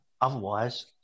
otherwise